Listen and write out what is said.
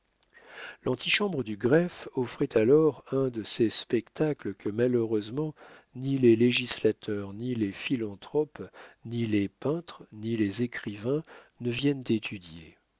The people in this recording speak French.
l'antichambre du greffe offrait alors un de ces spectacles que malheureusement ni les législateurs ni les philanthropes ni les peintres ni les écrivains ne viennent étudier